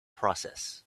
process